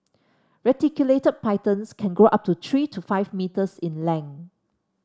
reticulated pythons can grow up to three to five metres in length